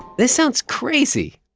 this sounds crazy.